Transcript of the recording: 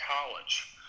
college